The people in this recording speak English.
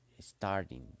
starting